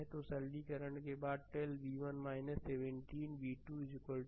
तो सरलीकरण के बाद 15 v1 17 v2 40 मिलेगा